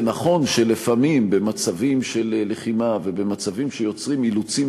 זה נכון שלפעמים במצבים של לחימה ובמצבים שיוצרים אילוצים